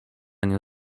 nią